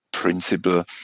Principle